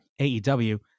AEW